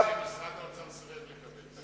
משרד האוצר סירב לקבל את הכלל הזה.